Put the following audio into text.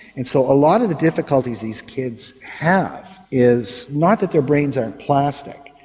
and so a lot of the difficulties these kids have is not that their brains aren't plastic,